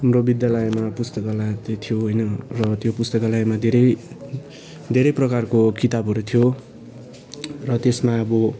हाम्रो विद्यालयमा पुस्तकालय चाहिँ थियो होइन र त्यो पुस्तकालयमा धेरै धेरै प्रकारको किताबहरू थियो र त्यसमा अब